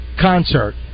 concert